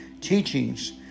teachings